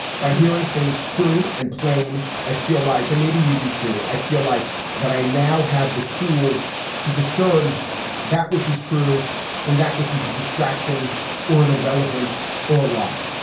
by hearing things true and plain. i feel like and maybe you do too. i feel like that i now have the tools to discern that which is true from that which is a distraction or an irrelevance or a lie.